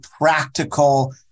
practical